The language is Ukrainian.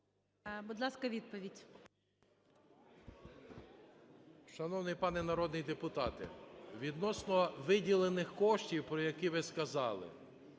Будь ласка, відповідь.